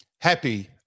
Happy